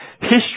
history